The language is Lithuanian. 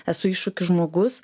esu iššūkių žmogus